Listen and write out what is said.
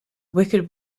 wicked